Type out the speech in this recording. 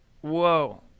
whoa